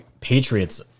patriots